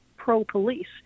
pro-police